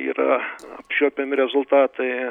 yra apčiuopiami rezultatai